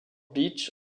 beach